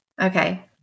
Okay